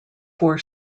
four